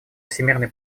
всемерной